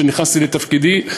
כשנכנסתי לתפקידי,